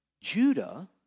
Judah